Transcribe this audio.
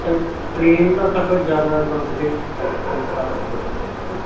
ਪਰ ਟਰੇਨ ਦਾ ਸਫ਼ਰ ਜ਼ਿਆਦਾ ਕੰਫਰਟੇਬਲ ਲੱਗਦਾ ਸਾਨੂੰ ਕਾਰ ਨਾਲੋਂ